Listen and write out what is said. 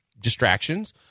distractions